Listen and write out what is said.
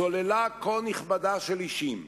סוללה כה נכבדה של אישים,